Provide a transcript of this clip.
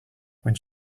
when